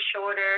shorter